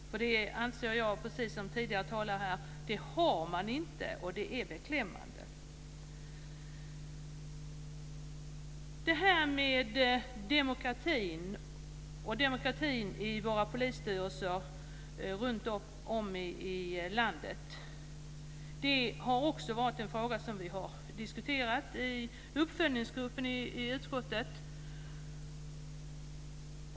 Jag anser, som tidigare talare, att man inte har det, och det är beklämmande. Frågan om demokrati i polisstyrelserna runtom i landet har också varit en fråga som vi har diskuterat i uppföljningsgruppen i utskottet.